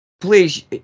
please